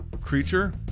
creature